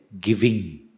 giving